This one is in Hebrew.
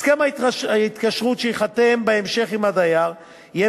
הסכם ההתקשרות שייחתם בהמשך עם הדייר יהיה